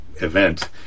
event